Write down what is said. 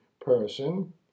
person